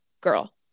girl